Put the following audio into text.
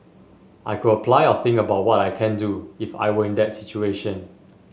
I could apply or think about what I can do if I were in that situation